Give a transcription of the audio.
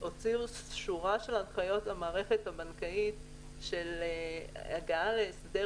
הוציאו שורה של הנחיות למערכת הבנקאית של הגעה להסדר